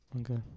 Okay